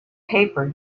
paper